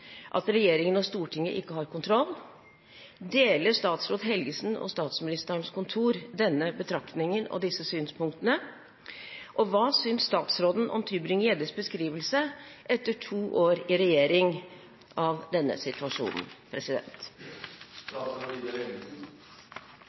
at regjeringen og Stortinget ikke har kontroll? Deler statsråd Helgesen og Statsministerens kontor denne betraktningen og disse synspunktene? Hva synes statsråden om Tybring-Gjeddes beskrivelse av denne situasjonen etter to år i regjering? Jeg skal ikke innlate meg på beskrivelser av